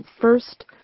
first